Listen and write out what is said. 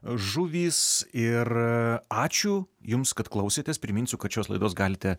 žuvys ir ačiū jums kad klausėtės priminsiu kad šios laidos galite